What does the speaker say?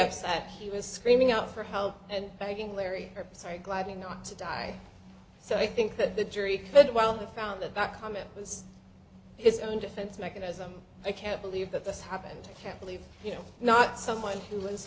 upset he was screaming out for help and begging larry sorry gliding not to die so i think that the jury did well the found the back comment was his own defense mechanism i can't believe that this happened can't believe you know not someone who